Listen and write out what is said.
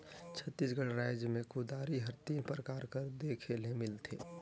छत्तीसगढ़ राएज मे कुदारी हर तीन परकार कर देखे ले मिलथे